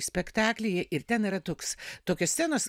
spektaklyje ir ten yra toks tokios scenos